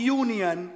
union